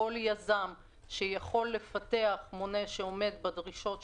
כל יזם שיכול לפתח מונה שעומד בדרישות שקבענו,